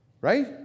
right